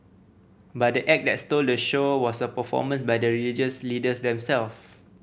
but the act that stole the show was a performance by the religious leaders them self